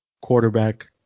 quarterback